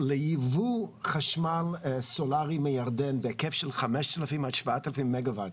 לייבוא חשמל סולארי מירדן בהיקף של 5,000 עד 7,000 מגה וואט,